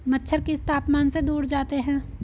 मच्छर किस तापमान से दूर जाते हैं?